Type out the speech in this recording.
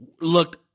looked